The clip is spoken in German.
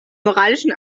moralischen